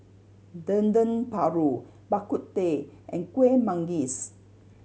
Dendeng Paru Bak Kut Teh and Kuih Manggis